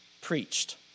preached